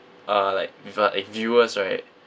uh like with a eh viewers right